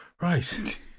Right